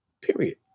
Period